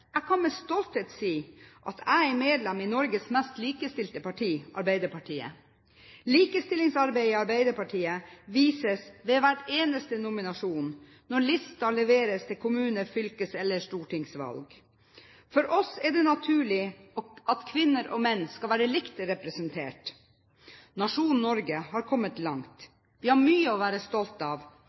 Jeg kan med stolthet si at jeg er medlem i Norges mest likestilte parti, Arbeiderpartiet. Likestillingsarbeidet i Arbeiderpartiet vises ved hver eneste nominasjon når listen leveres til kommune-, fylkes- eller stortingsvalg. For oss er det naturlig at kvinner og menn skal være likt representert. Nasjonen Norge har kommet langt. Vi har mye å være stolt av,